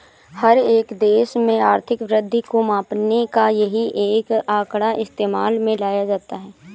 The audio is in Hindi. हर एक देश में आर्थिक वृद्धि को मापने का यही एक आंकड़ा इस्तेमाल में लाया जाता है